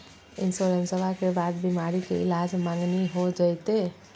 इंसोरेंसबा के बाद बीमारी के ईलाज मांगनी हो जयते?